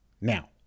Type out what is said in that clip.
now